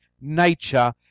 nature